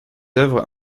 œuvres